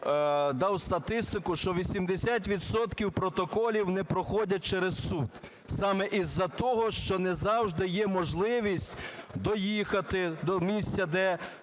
дав статистику, що 80 відсотків протоколів не проходять через суд саме із-за того, що не завжди є можливість доїхати до місця,